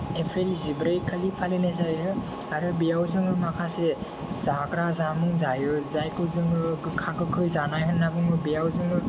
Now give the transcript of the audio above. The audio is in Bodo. एप्रिल जिब्रैखालि फालिनाय जायो आरो बेयाव जोङो माखासे जाग्रा जामुं जायो जायखौ जोङो गोखा गोखै जानाय होन्ना बुंङो बेयाव जोङो